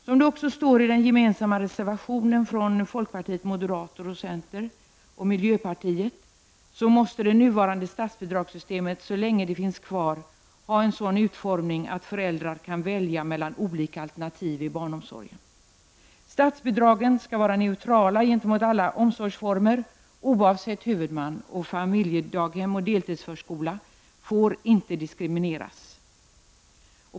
Enligt vad som står i den gemensamma reservationen från folkpartiet, moderaterna, centern och miljöpartiet måste det nuvarande statsbidragssystemet, så länge det finns kvar, ha en sådan utformning att föräldrarna kan välja mellan olika alternativ i barnomsorgen. Statsbidraget skall vara neutralt för alla barnomsorgsformer oavsett huvudman, och familjedaghem och deltidsförskola får inte diskrimineras.